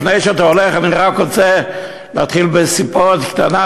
לפני שאתה הולך אני רק רוצה להתחיל בסיפורת קטנה,